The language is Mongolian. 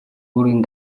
өөрийн